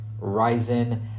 Ryzen